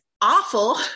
awful